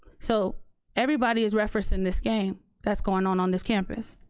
so everybody is referencing this game that's going on on this campus.